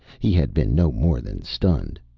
he had been no more than stunned.